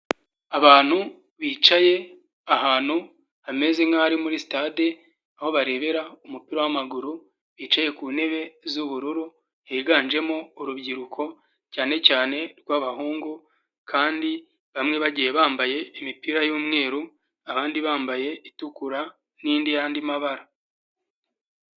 Abantu bicaye ahantu hameze nk'aho ari muri sitade aho barebera umupira w'amaguru bicaye ku ntebe z'ubururu higanjemo urubyiruko cyane cyane rw'abahungu kandi bamwe bagiye bambaye imipira y'umweru abandi bambaye itukura n'indi y'andi mabara.